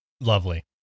Lovely